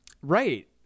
Right